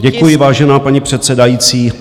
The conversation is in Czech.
Děkuji, vážená paní předsedající.